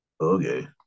okay